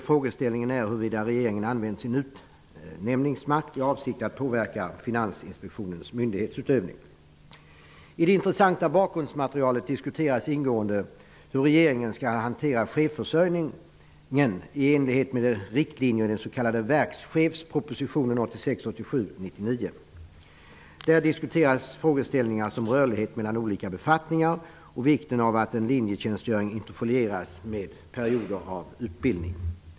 Frågan är huruvida regeringen har använt sin utnämningsmakt i avsikt att påverka I det intressanta bakgrundsmaterialet diskuteras ingående hur regeringen skall hantera chefsförsörjningen i enlighet med riktlinjerna i den s.k. verkschefspropositionen 1986/87:99. Där diskuteras frågeställningar när det gäller rörlighet mellan olika befattningar och vikten av att en linjetjänstgöring interfolieras med perioder av utbildning.